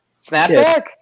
snapback